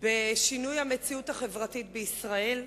בשינוי המציאות החברתית בישראל.